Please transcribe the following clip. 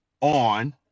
on